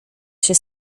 się